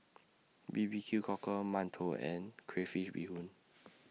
B B Q Cockle mantou and Crayfish Beehoon